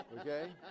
Okay